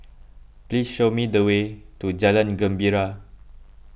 please show me the way to Jalan Gembira